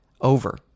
Over